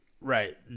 right